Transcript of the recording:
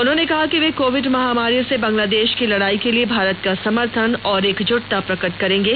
उन्होंने कहा कि ये कोविड महामारी से बांलादेश की लडाई के लिए भारत का समर्थन और एकजुटता प्रकट करेंगे